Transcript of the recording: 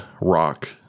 rock